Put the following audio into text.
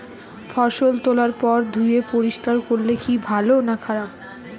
ফসল তোলার পর ধুয়ে পরিষ্কার করলে কি ভালো না খারাপ?